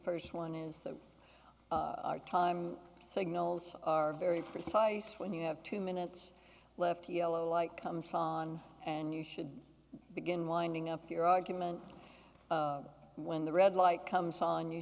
first one is that our time signals are very precise when you have two minutes left yellow light comes on and you should begin winding up your argument when the red light comes on you